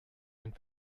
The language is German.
den